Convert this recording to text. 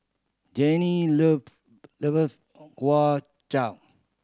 Janae love kwa chap